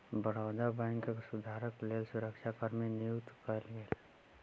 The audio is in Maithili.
बड़ौदा बैंकक सुरक्षाक लेल सुरक्षा कर्मी नियुक्त कएल गेल